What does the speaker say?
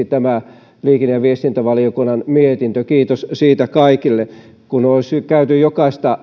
tämä liikenne ja viestintävaliokunnan mietintö saatiin yksimieliseksi kiitos siitä kaikille jos olisi käyty lävitse jokaista